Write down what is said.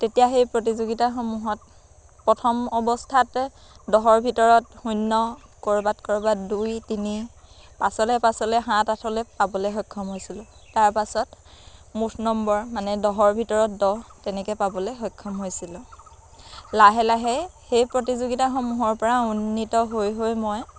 তেতিয়া সেই প্ৰতিযোগিতাসমূহত প্ৰথম অৱস্থাত দহৰ ভিতৰত শূন্য ক'ৰবাত ক'ৰবাত দুই তিনি পাছলৈ পাছলৈ সাত আঠলৈ পাবলৈ সক্ষম হৈছিলোঁ তাৰ পাছত মুঠ নম্বৰ মানে দহৰ ভিতৰত দহ তেনেকৈ পাবলৈ সক্ষম হৈছিলোঁ লাহে লাহে সেই প্ৰতিযোগিতাসমূহৰ পৰা উন্নীত হৈ হৈ মই